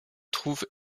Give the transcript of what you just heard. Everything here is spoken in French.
trouvent